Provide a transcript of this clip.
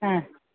ആ